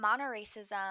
monoracism